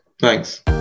Thanks